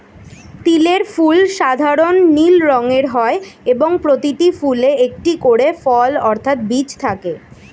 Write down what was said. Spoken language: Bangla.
তিলের ফুল সাধারণ নীল রঙের হয় এবং প্রতিটি ফুলে একটি করে ফল অর্থাৎ বীজ থাকে